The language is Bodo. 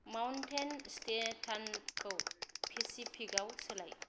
माउन्टेन स्टेन्डार्डखौ पेसिफिकआव सोलाय